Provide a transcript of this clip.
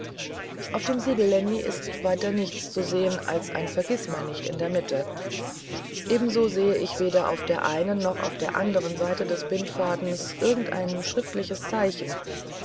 auf dem siegel lenny ist weiter nichts zu sehen als ein vergißmeinnicht in der mitte ebenso sehe ich weder auf der einen noch auf der andern seite des bindfadens irgendein schriftliches zeichen